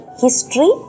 history